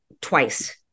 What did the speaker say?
twice